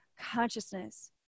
consciousness